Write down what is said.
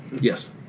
Yes